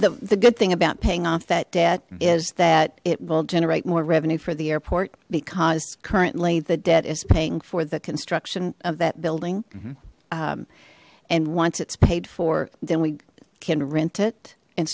of the good thing about paying off that debt is that it will generate more revenue for the airport because currently the debt is paying for the construction of that building and once it's paid for then we can rent it and